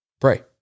Pray